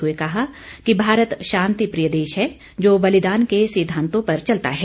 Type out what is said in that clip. हुए कहा कि भारत शांतिप्रिय देश है जो बलिदान के सिद्धांतों पर चलता है